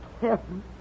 heaven